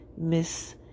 Miss